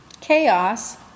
chaos